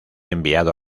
enviado